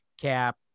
cap